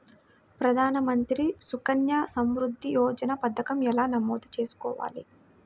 ప్రధాన మంత్రి సుకన్య సంవృద్ధి యోజన పథకం ఎలా నమోదు చేసుకోవాలీ?